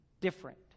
different